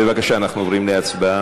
בבקשה, אנחנו עוברים להצבעה.